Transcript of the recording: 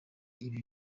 ibi